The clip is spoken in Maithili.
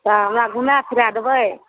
तऽ हमरा घुमाए फिराए देबै